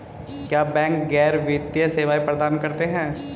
क्या बैंक गैर वित्तीय सेवाएं प्रदान करते हैं?